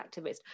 activist